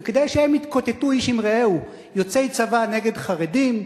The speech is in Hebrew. וכדי שהם יתקוטטו איש עם רעהו: יוצאי צבא נגד חרדים,